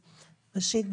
ראשית,